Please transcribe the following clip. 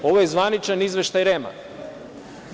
Ovo je zvaničan izveštaj REM-a.